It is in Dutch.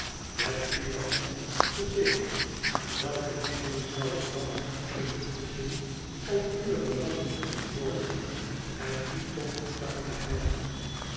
met uwe hand gezegend welke middelen zou ik dan niet kunnen vinden om uwe belangen te bevorderen en u tot fortuin te helpen